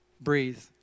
breathe